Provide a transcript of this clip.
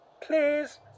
please